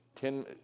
ten